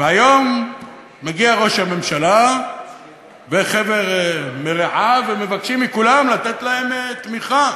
והיום מגיעים ראש הממשלה וחבר מרעיו ומבקשים מכולם לתת להם תמיכה,